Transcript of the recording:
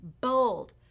Bold